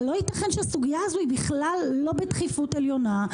אבל לא ייתכן שהסוגיה הזו היא בכלל לא בדחיפות עליונה.